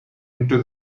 into